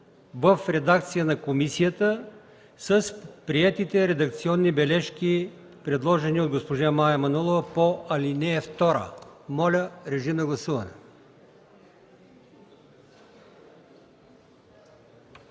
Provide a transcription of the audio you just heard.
в редакция на комисията, с приетите редакционни бележки, предложени от госпожа Мая Манолова по ал. 2. Моля, гласувайте.